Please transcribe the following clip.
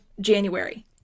January